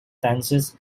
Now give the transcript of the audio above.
dances